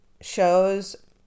shows